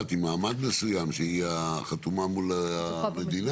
עם מעמד מסוים שהיא החתומה מול המדינה.